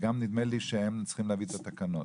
והם אלו שצריכים להביא את התקנות.